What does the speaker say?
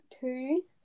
two